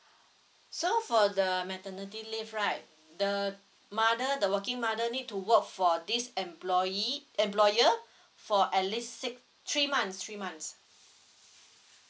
so for the maternity leave right the mother the working mother need to work for this employee employer for at least six three months three months